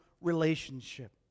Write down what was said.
relationship